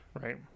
Right